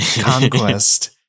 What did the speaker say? Conquest